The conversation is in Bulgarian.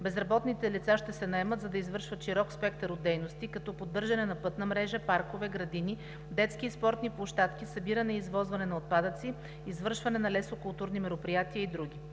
Безработните лица ще се наемат, за да извършват широк спектър от дейности, като поддържане на пътна мрежа, паркове, градини, детски и спортни площадки, събиране и извозване на отпадъци, извършване на лесокултурни мероприятия и други.